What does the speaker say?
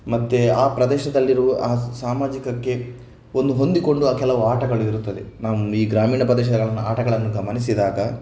ಮತ್ತು ಆ ಪ್ರದೇಶದಲ್ಲಿರುವ ಆ ಸಾಮಾಜಿಕಕ್ಕೆ ಒಂದು ಹೊಂದಿಕೊಂಡು ಆ ಕೆಲವು ಆಟಗಳು ಇರುತ್ತದೆ ನಮ್ಮ ಈ ಗ್ರಾಮೀಣ ಪ್ರದೇಶಗಳ ಆಟಗಳನ್ನು ಗಮನಿಸಿದಾಗ